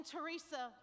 Teresa